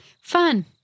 Fun